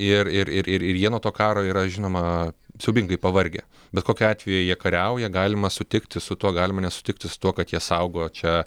ir ir ir jie nuo to karo yra žinoma siaubingai pavargę bet kokiu atveju jie kariauja galima sutikti su tuo galima nesutikti su tuo kad jie saugo čia